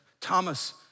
Thomas